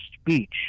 speech